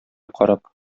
карап